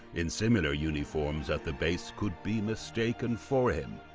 in similar uniforms at the base could be mistaken for him.